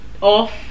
Off